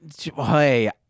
Hey